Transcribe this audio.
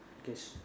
case